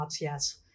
yes